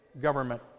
government